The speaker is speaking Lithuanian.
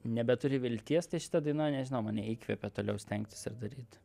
nebeturi vilties tai šita daina nežinau mane įkvepia toliau stengtis ir daryt